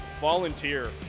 volunteer